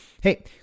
Hey